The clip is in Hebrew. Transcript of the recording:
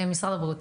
משרד הבריאות,